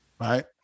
right